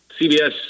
CBS